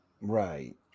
Right